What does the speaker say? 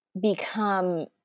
become